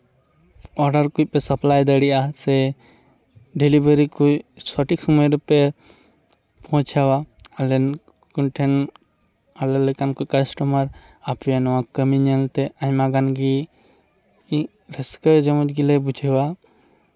order ᱠᱚᱯᱮ supply ᱫᱟᱲᱮᱭᱟᱜᱼᱟ ᱥᱮ ᱰᱮᱞᱤᱵᱷᱟᱨᱤ ᱠᱚ ᱥᱚᱴᱷᱤᱠ ᱥᱚᱢᱚᱭ ᱨᱮᱯᱮ ᱯᱳᱣᱪᱷᱟᱣᱟ ᱟᱵᱮᱱ ᱴᱷᱮᱱ ᱟᱞᱮ ᱞᱮᱠᱟᱱ ᱠᱚ ᱠᱟᱥᱴᱚᱢᱟᱨ ᱟᱯᱮᱭᱟᱜ ᱱᱚᱣᱟ ᱠᱟᱹᱢᱤ ᱧᱮᱞ ᱛᱮ ᱟᱭᱢᱟ ᱜᱟᱱ ᱜᱮ ᱨᱟᱹᱥᱠᱟᱹ ᱨᱚᱢᱚᱡᱽ ᱜᱮᱞᱮ ᱵᱩᱡᱷᱟᱹᱣᱟ